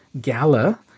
Gala